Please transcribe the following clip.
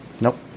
Nope